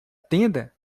tenda